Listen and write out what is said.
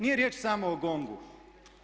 Nije riječ samo o GONG-u.